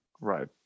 right